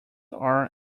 are